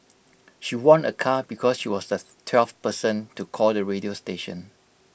she won A car because she was the twelfth person to call the radio station